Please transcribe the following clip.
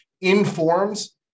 informs